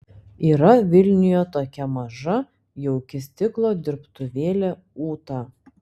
yra vilniuje tokia maža jauki stiklo dirbtuvėlė ūta